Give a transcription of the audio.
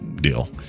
deal